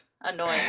annoying